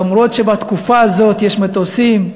למרות שבתקופה הזאת יש מטוסים,